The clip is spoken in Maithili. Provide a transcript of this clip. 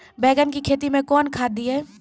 बैंगन की खेती मैं कौन खाद दिए?